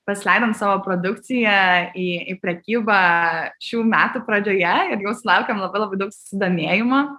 pasileidom savo produkciją į į prekybą šių metų pradžioje ir jau sulaukėm labai labai daug susidomėjimo